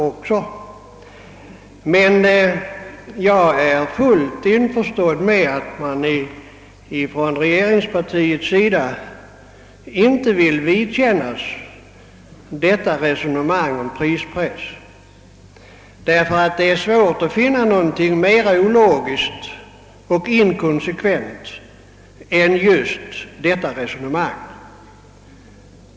Jag förstår emellertid helt och fullt att man på regeringspartiets sida inte vill vidkännas resonemanget om prispress, ty det är svårt att finna något mer ologiskt och inkonsekvent än just detta resonemang.